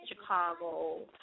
Chicago